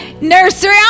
nursery